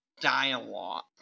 dialogue